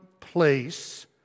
place